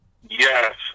Yes